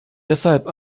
deshalb